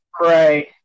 Right